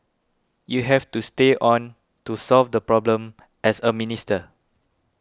you have to stay on to solve the problem as a minister